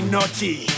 Naughty